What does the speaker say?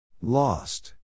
Lost